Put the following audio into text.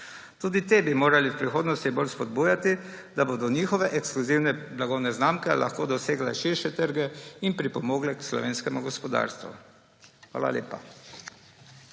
Tudi te bi morali v prihodnosti bolj spodbujati, da bodo njihove ekskluzivne blagovne znamke lahko dosegle širše trge in pripomogle k slovenskemu gospodarstvu. Hvala lepa.